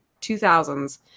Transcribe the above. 2000s